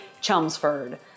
Chelmsford